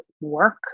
work